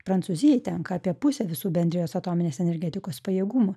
prancūzijai tenka apie pusę visų bendrijos atominės energetikos pajėgumų